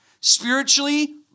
Spiritually